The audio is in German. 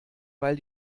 weil